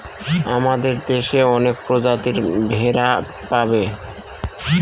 আমাদের দেশে অনেক প্রজাতির ভেড়া পাবে